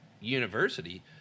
university